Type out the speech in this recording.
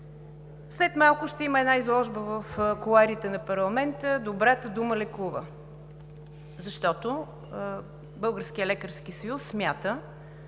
След малко ще има една изложба в кулоарите на парламента „Добрата дума лекува“, защото Българският лекарски съюз смята,